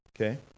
okay